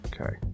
Okay